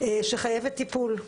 שחייבת טיפול.